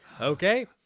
okay